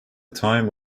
time